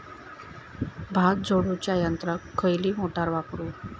भात झोडूच्या यंत्राक खयली मोटार वापरू?